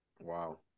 Wow